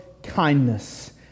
Kindness